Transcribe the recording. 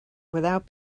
without